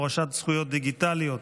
הורשת זכויות דיגיטליות),